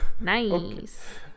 Nice